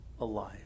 alive